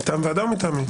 מטעם הוועדה או מטעמו?